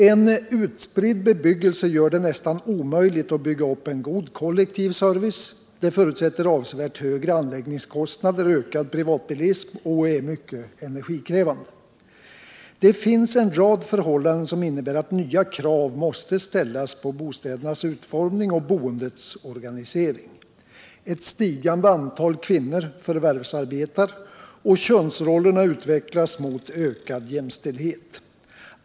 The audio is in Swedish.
En utspridd bebyggelse gör det nästan omöjligt att bygga upp en god kollektiv service, den förutsätter avsevärt högre anläggningskostnader, ökad privatbilism och är mycket energikrävande. Det finns en rad förhållanden som innebär att nya krav måste ställas på bostädernas utformning och boendets organisering. Ett stigande antal kvinnor förvärvsarbetar, och könsrollerna utvecklas mot ökad jämställdhet.